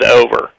over